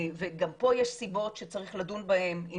וגם פה יש סיבות שצריך לדון בהן...